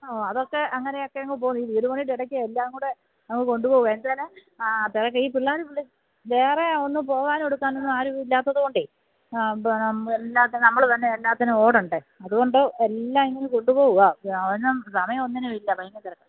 ഓ അതൊക്കെ അങ്ങനെയൊക്കെ അങ്ങ് പോകുന്നു ഈ വീട് പണിയുടെ ഇടയ്ക്ക് എല്ലാം കൂടെ അങ്ങ് കൊണ്ട് പോകും അങ്ങനത്തേന് ആ തിരക്ക് ഈ പിള്ളേര് വിളി വേറെ ഒന്നും പോകാനും എടുക്കാനും ഒന്നും ആരും ഇല്ലാത്തതുകൊണ്ടെ ആ എല്ലാത്തിനും നമ്മള് തന്നെ എല്ലാത്തിനും ഓടണ്ടേ അതുകൊണ്ട് എല്ലാം ഇങ്ങനെ കൊണ്ടുപോകുവാണ് സമയം ഒന്നിനും ഇല്ല ഭയങ്കര തിരക്കാണ്